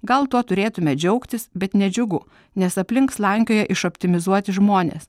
gal tuo turėtumėme džiaugtis bet nedžiugu nes aplink slankioja iš optimizuoti žmonės